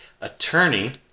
attorney